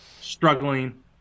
struggling